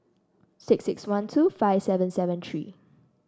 six six one two five seven seven three